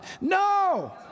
No